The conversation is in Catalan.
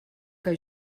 que